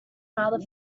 rather